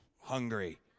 hungry